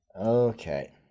Okay